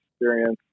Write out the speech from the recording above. experience